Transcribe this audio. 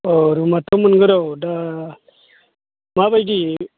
ओह रुमाथ' मोनगोन औ दा माबायदि